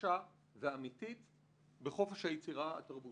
אין כל כך תמיכה עצמית ולכן עיקר התקציבים באים ממשרד התרבות.